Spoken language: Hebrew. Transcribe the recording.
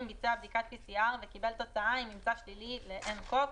ביצע בדיקת PCR וקיבל תוצאה עם ממצא שלילי ל-nCov;",